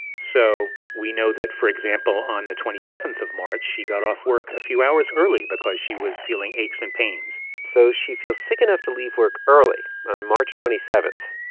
so we know that, for example, on the twenty seven of march, she got off work a few hours early because she was feeling aches and pains so she feels sick enough to leave work early on march twenty seven,